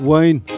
Wayne